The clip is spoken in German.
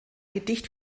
gedicht